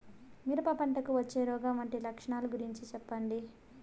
మిరప పంటకు వచ్చే రోగం వాటి లక్షణాలు గురించి చెప్పండి?